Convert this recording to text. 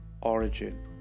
origin